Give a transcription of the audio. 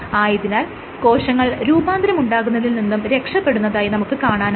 ആയതിനാൽ കോശങ്ങൾ രൂപാന്തരമുണ്ടാകുന്നതിൽ നിന്നും രക്ഷപെടുന്നതായി നമുക്ക് കാണാനാകും